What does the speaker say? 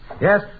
Yes